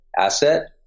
asset